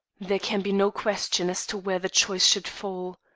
there can be no question as to where the choice should fall,